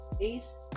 Ace